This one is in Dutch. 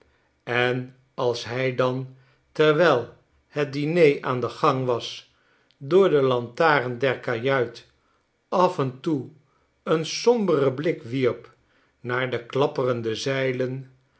en als hij dan terwijl het diner aan den gang was door delantaren der kajuit af en toe een somberen blik wierp naar de klapperende zeilen